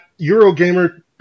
Eurogamer